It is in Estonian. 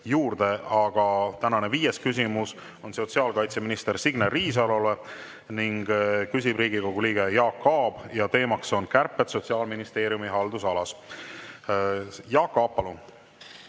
juurde. Aga tänane viies küsimus on sotsiaalkaitseminister Signe Riisalole, küsib Riigikogu liige Jaak Aab ja teema on kärped Sotsiaalministeeriumi haldusalas. Jaak Aab,